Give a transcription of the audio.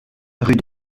rue